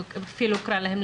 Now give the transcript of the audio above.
כך אקרא להם,